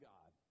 God